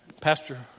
Pastor